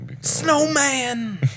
Snowman